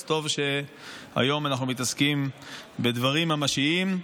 אז טוב שהיום אנחנו מתעסקים בדברים ממשיים.